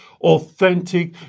authentic